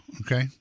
okay